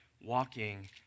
walking